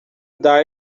dar